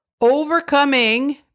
overcoming